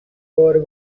war